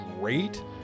great